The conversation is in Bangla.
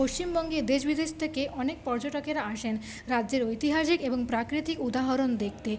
পশ্চিমবঙ্গে দেশ বিদেশ থেকে অনেক পর্যটকেরা আসেন রাজ্যের ঐতিহাসিক এবং প্রাকৃতিক উদাহরণ দেখতে